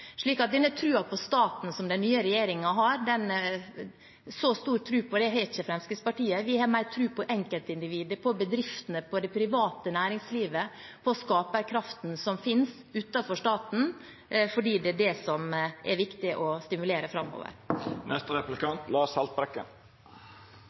på staten som den nye regjeringen har. Vi har mer tro på enkeltindivider, bedrifter, det private næringslivet og skaperkraften som finnes utenfor staten. Det er det som er viktig å stimulere framover.